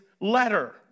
letter